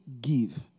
give